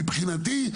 מבחינתי,